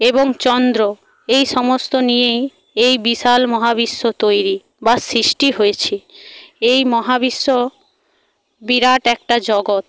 এবং চন্দ্র এই সমস্ত নিয়েই এই বিসাল মহাবিস্ব তৈরি বা সিষ্টি হয়েছে এই মহাবিস্ব বিরাট একটা জগত